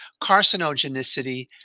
Carcinogenicity